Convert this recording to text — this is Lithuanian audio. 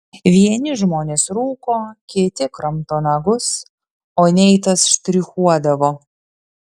vieni žmonės rūko kiti kramto nagus o neitas štrichuodavo